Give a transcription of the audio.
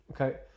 Okay